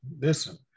Listen